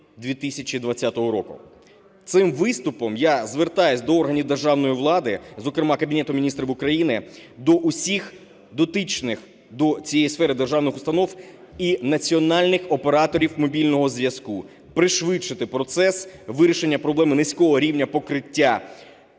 2020 року. Цим виступом я звертаюся до органів державної влади, зокрема, Кабінету Міністрів України до усіх дотичних до цієї сфери державних установ і національних операторів мобільного зв'язку. Пришвидшити процес вирішення проблеми низького рівня покриття